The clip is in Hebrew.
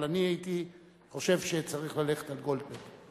אבל אני הייתי חושב שצריך ללכת על גולדברג.